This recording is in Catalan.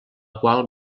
qual